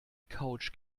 couch